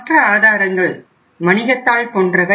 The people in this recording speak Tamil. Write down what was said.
மற்ற ஆதாரங்கள் வணிகத்தாள் போன்றவை